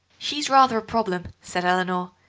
she's rather a problem, said eleanor.